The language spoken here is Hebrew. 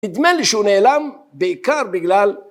נדמה לי שהוא נעלם בעיקר בגלל